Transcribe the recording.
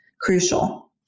Crucial